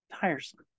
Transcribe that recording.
tiresome